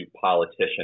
politician